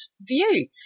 view